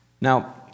Now